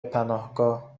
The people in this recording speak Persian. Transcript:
پناهگاه